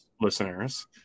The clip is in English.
listeners